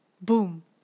Boom